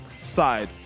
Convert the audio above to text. side